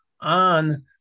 on